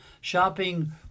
shopping